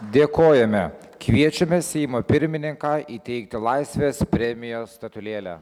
dėkojame kviečiame seimo pirmininką įteikti laisvės premijos statulėlę